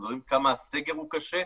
אנחנו מדברים כמה הסגר הוא קשה.